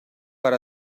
per